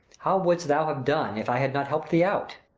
how wouldst thou ha' done, if i had not help't thee out?